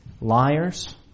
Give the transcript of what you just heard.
liars